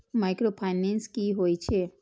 Micro finance कि होई छै?